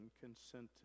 consented